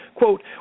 Quote